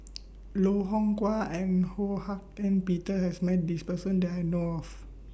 Loh Hoong Kwan and Ho Hak Ean Peter has Met This Person that I know of